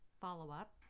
follow-up